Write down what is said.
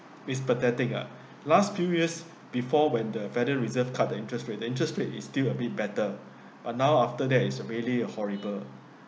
it's pathetic ah last few years before when the federal reserve cut the interest rate the interest rate is still a bit better but now after that is really uh horrible[lah]